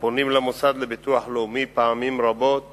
הפונים אל המוסד לביטוח לאומי פעמים רבות